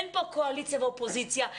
אין פה קואליציה ואופוזיציה,